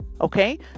Okay